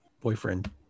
boyfriend